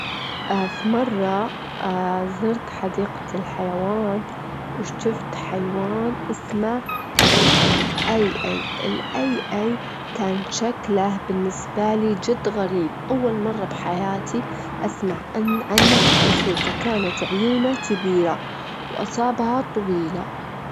إيه أجدر أسبح وأركب الدراجة، تعلمت السباحة وأنا بعمر سبع سنوات، أخدت فترة قصيرة تقريبًا أسبوعين عشان أتعلمها، لكن الدراجة تعلمتها وأنا صغيرة بعد، ويمكن في يومين أنا جدرت أركب الدراجة.